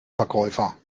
verkäufer